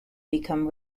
become